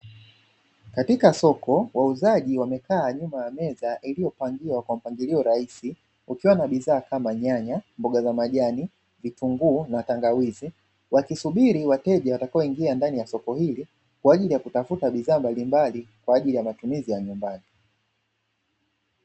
Katika soko wauzaji wamekaa nyuma ya meza iliyopangiwa kwa mpangilio rahisi ukiwa na bidhaa kama nyanya, mboga za majani, vitunguu na tangawizi, wakisubiri wateja watakaoingia ndani ya soko hili kwa ajili ya kutafuta bidhaa mbalimbali kwa ajili ya matumizi ya nyumbani.